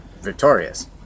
victorious